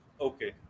Okay